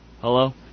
Hello